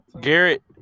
Garrett